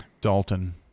Dalton